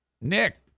Nick